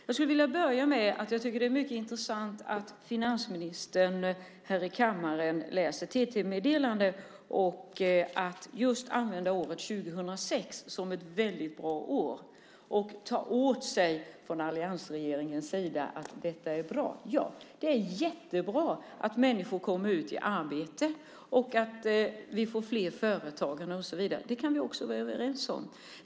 Jag skulle vilja börja med att säga att jag tycker att det är mycket intressant att finansministern här i kammaren läser TT-meddelanden och just framhåller året 2006 som ett väldigt bra år och tar åt sig äran för det för alliansregeringen. Ja, det är jättebra att människor kommer ut i arbete och att vi får fler företagare och så vidare. Det kan vi också vara överens om.